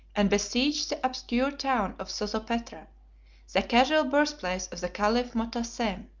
and besieged the obscure town of sozopetra the casual birthplace of the caliph motassem,